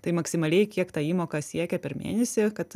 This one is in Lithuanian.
tai maksimaliai kiek ta įmoka siekia per mėnesį kad